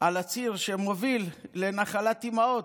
על הציר שמוביל לנחלת אימהות.